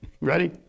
Ready